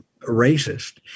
racist